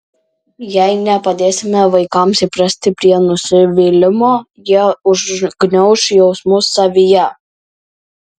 jei nepadėsime vaikams įprasti prie nusivylimo jie užgniauš jausmus savyje